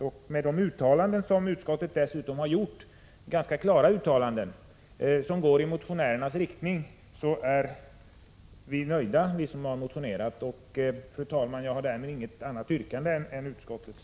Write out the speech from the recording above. Med de ganska klara uttalanden som utskottet dessutom har gjort i motionens riktning är vi motionärer nöjda. Fru talman! Jag har därmed inget annat yrkande än utskottets.